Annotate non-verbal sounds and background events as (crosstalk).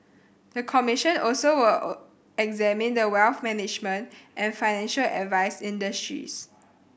the commission also will (hesitation) examine the wealth management and financial advice industries